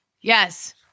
Yes